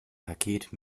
paket